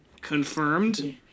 confirmed